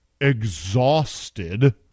exhausted